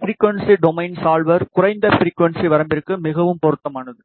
frequency domain solver குறைந்த frequency வரம்பிற்கு மிகவும் பொருத்தமானது